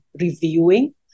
reviewing